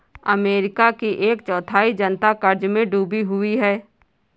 America की एक चौथाई जनता क़र्ज़ में डूबी हुई है